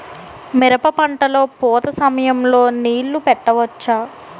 మిరప పంట లొ పూత సమయం లొ నీళ్ళు పెట్టవచ్చా?